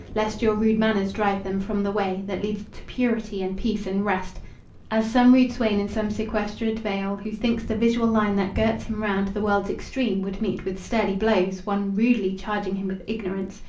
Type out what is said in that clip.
lest your rude manners drive them from the way that leads to purity and peace and rest as some rude swain in some sequestered vale, who thinks the visual line that girts him round the world's extreme, would meet with sturdy blows one rudely charging him with ignorance,